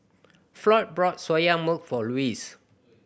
Floyd bought Soya Milk for Louis